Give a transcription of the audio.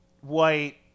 white